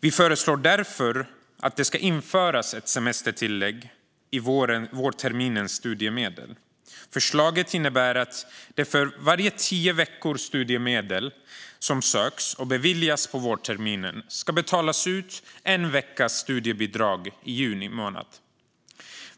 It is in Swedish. Vi föreslår därför att det ska införas ett semestertillägg i vårterminens studiemedel. Förslaget innebär att det för varje tio veckors studiemedel som söks och beviljas på vårterminen ska betalas ut en veckas studiebidrag i juni månad.